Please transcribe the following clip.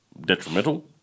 detrimental